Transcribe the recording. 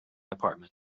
apartment